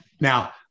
Now